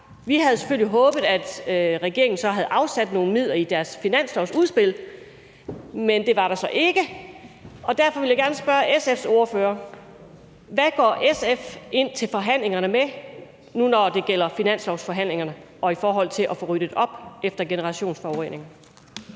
Vi havde selvfølgelig håbet, at regeringen så havde afsat nogle midler i deres finanslovsudspil, men det havde de så ikke. Og derfor vil jeg gerne spørge SF's ordfører: Hvad går SF ind til forhandlingerne med nu, når det gælder finanslovsforhandlingerne, i forhold til at få ryddet op efter generationsforureningerne?